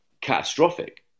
catastrophic